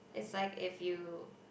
it's like if you